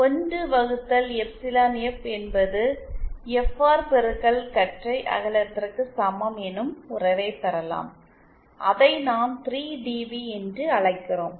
1 வகுத்தல் epsilon F என்பது F R பெருக்கல் கற்றை அகலத்திற்குசமம் எனும் உறவைப் பெறலாம் அதை நாம் 3 டிபி என்று அழைக்கிறோம்